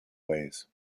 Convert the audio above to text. ways